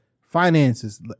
finances